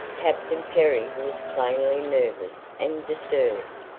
captain perry was plainly nervous and disturbed.